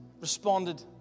responded